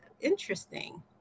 interesting